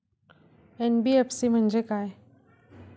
NBFC म्हणजे काय?